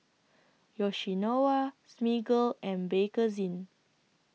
Yoshinoya Smiggle and Bakerzin